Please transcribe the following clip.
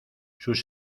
sus